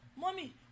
Mommy